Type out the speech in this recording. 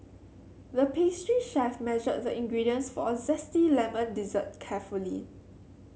the pastry chef measured the ingredients for a zesty lemon dessert carefully